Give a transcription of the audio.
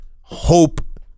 hope